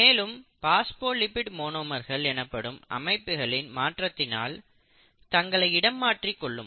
மேலும் பாஸ்போலிப்பிடு மோனோமர்கள் எனப்படும் அமைப்புகளின் மாற்றத்தினால் தங்களை இடம் மாற்றி கொள்ளும்